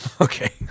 okay